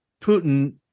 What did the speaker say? Putin